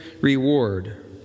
reward